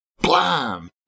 blam